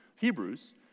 Hebrews